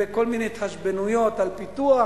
בכל מיני התחשבנויות על פיתוח,